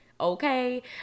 Okay